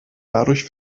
dadurch